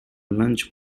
lunch